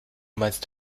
meinst